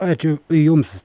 ačiū jums